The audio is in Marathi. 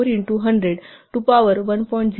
4 इंटू 100 टू पॉवर 1